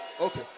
Okay